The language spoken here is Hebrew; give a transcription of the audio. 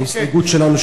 ההסתייגות שלנו,